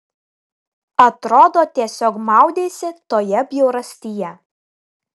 atrodo tiesiog maudeisi toje bjaurastyje